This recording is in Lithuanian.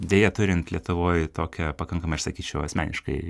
deja turint lietuvoj tokią pakankamai aš sakyčiau asmeniškai